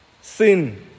Sin